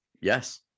Yes